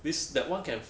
this that one can